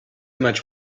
much